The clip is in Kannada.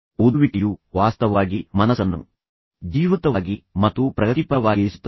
ಓದುವಿಕೆಯು ವಾಸ್ತವವಾಗಿ ಮನಸ್ಸನ್ನು ಜೀವಂತವಾಗಿ ಮತ್ತು ಪ್ರಗತಿಪರವಾಗಿರಿಸುತ್ತದೆ